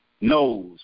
knows